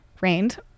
rained